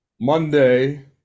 Monday